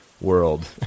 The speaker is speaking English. world